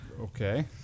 Okay